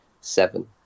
seven